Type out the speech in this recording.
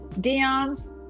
Dion's